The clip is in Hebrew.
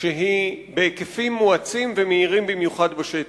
בהיקפים מואצים ומהירים במיוחד בשטח.